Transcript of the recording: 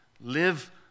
live